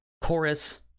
chorus